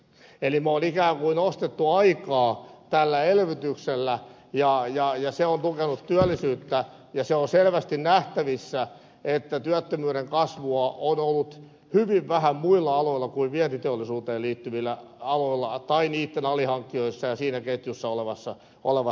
eli me olemme ikään kuin ostaneet aikaa tällä elvytyksellä ja se on tukenut työllisyyttä ja on selvästi nähtävissä että työttömyyden kasvua on ollut hyvin vähän muilla aloilla kuin vientiteollisuuteen liittyvillä aloilla tai niitten alihankkijoissa ja siinä ketjussa olevissa